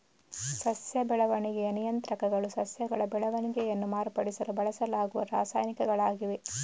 ಸಸ್ಯ ಬೆಳವಣಿಗೆಯ ನಿಯಂತ್ರಕಗಳು ಸಸ್ಯಗಳ ಬೆಳವಣಿಗೆಯನ್ನ ಮಾರ್ಪಡಿಸಲು ಬಳಸಲಾಗುವ ರಾಸಾಯನಿಕಗಳಾಗಿವೆ